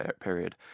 period